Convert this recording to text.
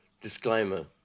Disclaimer